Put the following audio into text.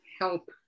help